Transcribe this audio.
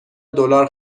دلار